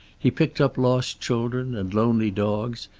he picked up lost children and lonely dogs,